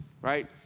right